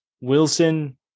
Wilson